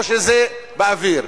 או שזה באוויר?